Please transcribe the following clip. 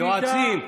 יועצים.